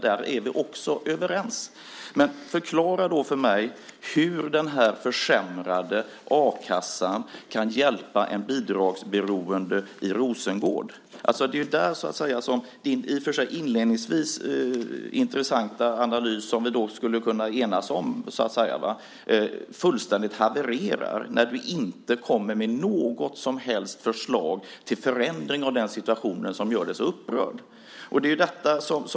Där är vi också överens. Men förklara för mig hur den försämrade a-kassan kan hjälpa en bidragsberoende i Rosengård. Det är där som din i och för sig inledningsvis intressanta analys - som vi kan enas om - fullständigt havererar. Du kommer inte med något som helst förslag till förändring av den situation som gör dig så upprörd.